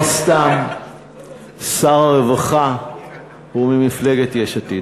לא סתם שר הרווחה הוא ממפלגת יש עתיד,